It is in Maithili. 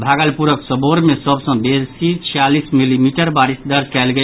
भागलपुरक सबौर मे सभ सॅ बेसी छियालीस मिलीमीटर बारिश दर्ज कयल गेल